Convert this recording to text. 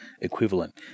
equivalent